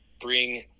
bring